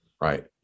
right